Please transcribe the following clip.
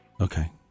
Okay